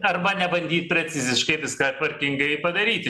arba nebandyt preciziškai viską tvarkingai padaryti